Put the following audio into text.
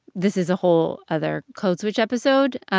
this is a whole other code switch episode.